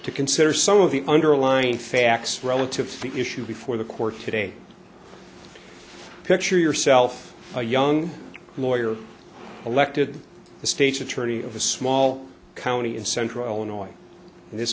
to consider some of the underlying facts relative to the issue before the court today picture yourself a young lawyer elected the state's attorney of a small county in central illinois in this